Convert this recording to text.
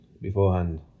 beforehand